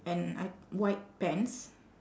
and I white pants